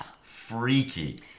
freaky